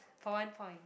for one point